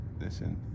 listen